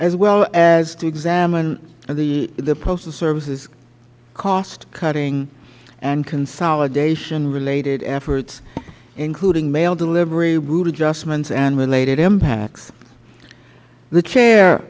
as well as to examine the postal service's cost cutting and consolidation related efforts including mail delivery route adjustments and related impacts the chair